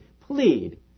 plead